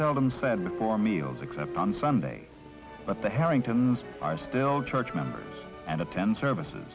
seldom said before meals except on sunday but the harrington's are still church members and attend services